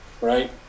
right